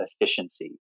efficiency